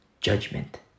judgment